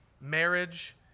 marriage